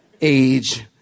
age